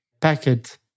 packet